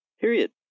Period